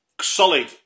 solid